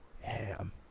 ham